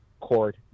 Court